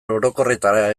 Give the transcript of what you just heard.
orokorretara